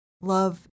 love